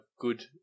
good